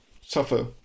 suffer